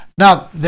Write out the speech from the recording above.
Now